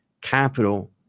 capital